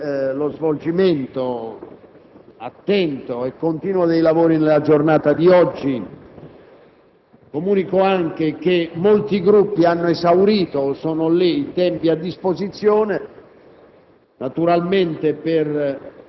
pertanto fondamentale lo svolgimento attento e continuo dei lavori nella giornata di oggi. Comunico che molti Gruppi hanno esaurito o quasi il tempo a loro disposizione